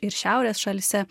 ir šiaurės šalyse